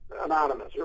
anonymous